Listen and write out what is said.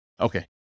Okay